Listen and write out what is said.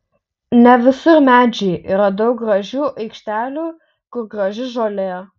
ne visur medžiai yra daug gražių aikštelių kur graži žolė